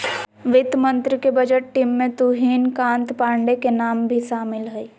वित्त मंत्री के बजट टीम में तुहिन कांत पांडे के नाम भी शामिल हइ